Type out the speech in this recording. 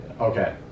Okay